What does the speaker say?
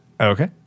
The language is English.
Okay